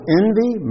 envy